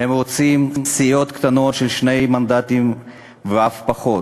הם רוצים סיעות קטנות של שני מנדטים ואף פחות.